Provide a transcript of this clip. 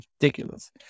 ridiculous